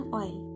oil